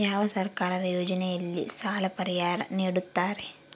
ಯಾವ ಸರ್ಕಾರದ ಯೋಜನೆಯಲ್ಲಿ ಸಾಲ ಪರಿಹಾರ ನೇಡುತ್ತಾರೆ?